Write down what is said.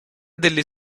delle